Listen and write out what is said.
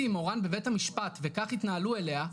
עם מורן בבית המשפט וכך התנהלו אליה,